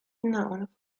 known